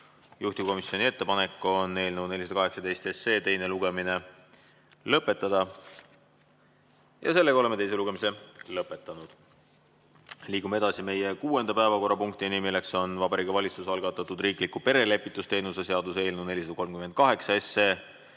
Juhtivkomisjoni ettepanek on eelnõu 418 teine lugemine lõpetada. Oleme teise lugemise lõpetanud. Liigume edasi meie kuuenda päevakorrapunktiga, milleks on Vabariigi Valitsuse algatatud riikliku perelepitusteenuse seaduse eelnõu 438 teine